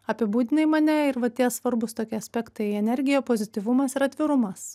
apibūdinai mane ir va tie svarbūs tokie aspektai energija pozityvumas ir atvirumas